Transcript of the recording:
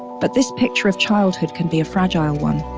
but this picture of childhood can be a fragile one.